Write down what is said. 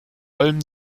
allem